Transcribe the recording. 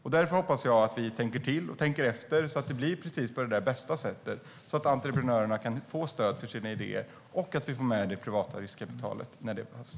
Jag hoppas därför att vi tänker till och tänker efter så att det blir på det bästa sättet så att entreprenörer kan få stöd för sina idéer och vi kan få med det privata riskkapitalet när det behövs.